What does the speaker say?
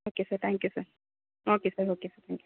okay sir thank you sir okay sir okay sir thank you